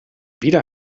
wieder